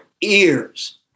ears